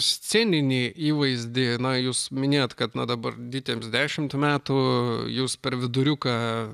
sceninį įvaizdį na jūs minėjot kad na dabar ditėms dešimt metų jūs per viduriuką